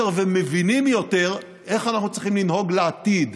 ומבינים יותר איך אנחנו צריכים לנהוג בעתיד.